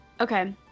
Okay